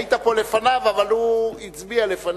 היית פה לפניו, אבל הוא הצביע לפניך,